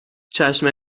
چشم